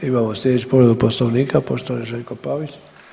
Imamo slijedeću povredu Poslovnika, poštovani Željko Pavić.